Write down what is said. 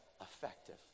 Effective